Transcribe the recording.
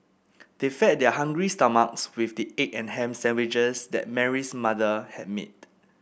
they fed their hungry stomachs with the egg and ham sandwiches that Mary's mother had made